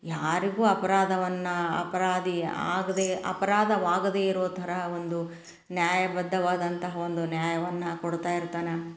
ಯಾರಿಗೂ ಅಪರಾಧವನ್ನ ಅಪರಾಧಿ ಆಗದೇ ಅಪರಾಧವಾಗದೇ ಇರೋ ಥರ ಒಂದು ನ್ಯಾಯಬದ್ಧವಾದಂತಹ ಒಂದು ನ್ಯಾಯವನ್ನು ಕೊಡ್ತಾ ಇರ್ತಾನೆ